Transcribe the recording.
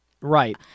Right